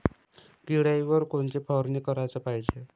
किड्याइवर कोनची फवारनी कराच पायजे?